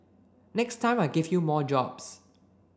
next time I give you more jobs